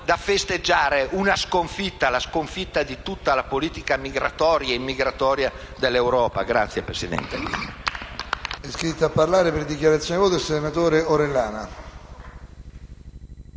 da festeggiare una sconfitta: la sconfitta di tutta la politica migratoria e immigratoria dell'Europa. *(Applausi